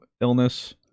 illness